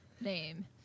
name